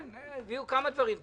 הביאו כמה דברים טובים.